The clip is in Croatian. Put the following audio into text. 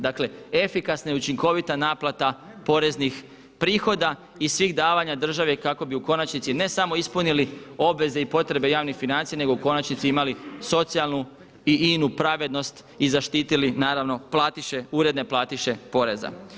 Dakle, efikasna i učinkovita naplata poreznih prihoda i svih davanja države kako bi u konačnici ne samo ispunili obveze i potrebe javnih financija nego u konačnici imali socijalnu i inu pravednost i zaštitili naravno platiše, uredne platiše poreza.